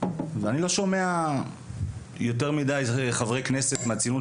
ואני לא שומע יותר מידי חברי כנסת מהציונות